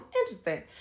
Interesting